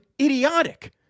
idiotic